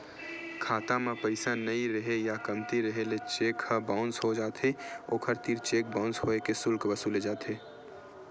खाता म पइसा नइ रेहे या कमती रेहे ले चेक ह बाउंस हो जाथे, ओखर तीर चेक बाउंस होए के सुल्क वसूले जाथे